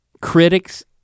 critics